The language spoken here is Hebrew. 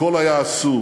הכול היה אסור,